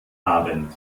abend